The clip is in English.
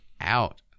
out